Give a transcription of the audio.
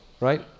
right